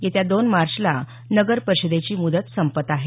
येत्या दोन मार्चला नगर परिषदेची मुदत संपत आहे